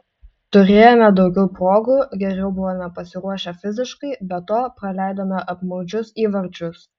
turėjome daugiau progų geriau buvome pasiruošę fiziškai be to praleidome apmaudžius įvarčius